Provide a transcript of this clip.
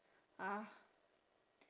ugh